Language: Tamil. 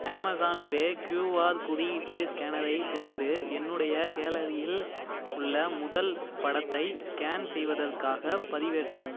அமேசான் பே கியூஆர் குறியீட்டு ஸ்கேனரை திறந்து என்னுடைய கேலரியில் உள்ள முதல் படத்தை ஸ்கேன் செய்வதற்காக பதிவேற்றவும்